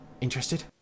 interested